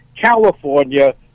California